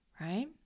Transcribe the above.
right